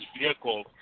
vehicle